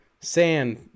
sand